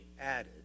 added